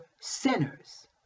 sinners